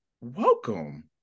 welcome